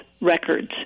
records